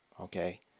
okay